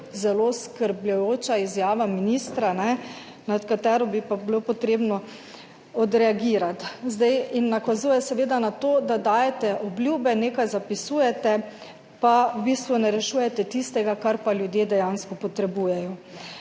zelo zaskrbljujoča izjava ministra, na katero bi pa bilo treba odreagirati in nakazuje seveda na to, da dajete obljube, nekaj zapisujete, pa v bistvu ne rešujete tistega, kar pa ljudje dejansko potrebujejo.